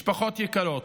משפחות יקרות,